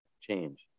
change